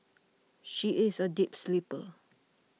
she is a deep sleeper